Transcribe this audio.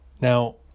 Now